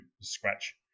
scratch